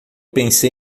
pensei